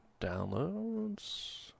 Downloads